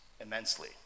immensely